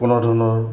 কোনো ধৰণৰ